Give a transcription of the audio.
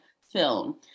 film